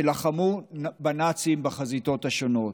שלחמו בנאצים בחזיתות השונות,